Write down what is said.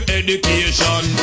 education